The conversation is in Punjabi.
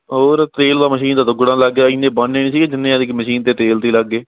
ਹੋਰ ਤੇਲ ਦਾ ਮਸ਼ੀਨ ਦਾ ਦੁੱਗਣਾ ਲੱਗ ਗਿਆ ਇੰਨੇ ਬਣਨੇ ਨਹੀਂ ਸੀਗੇ ਜਿੰਨੇ ਐਤਕੀ ਮਸ਼ੀਨ ਦੇ ਤੇਲ 'ਤੇ ਲੱਗ ਗਏ